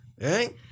Right